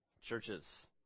churches